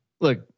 look